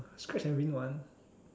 scratch and win one